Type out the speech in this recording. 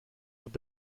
with